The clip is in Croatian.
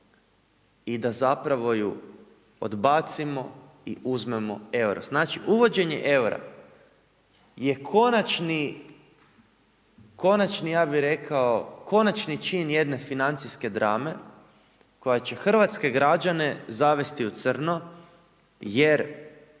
i da zapravo ju odbacimo i uzmemo euro. Znači uvođenjem eura, je konačni ja bi rekao, konačni čin jedne financijske drame, koja će hrvatske građane zavesti u crno, jer